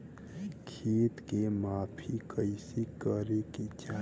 खेत के माफ़ी कईसे करें के चाही?